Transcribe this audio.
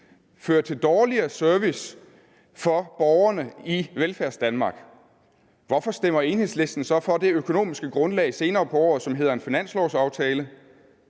føre til dårligere service for borgerne i Velfærdsdanmark, hvorfor stemmer Enhedslisten så for det økonomiske grundlag senere på året, som hedder en finanslovsaftale?